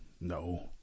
No